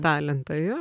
talentą jo